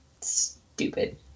stupid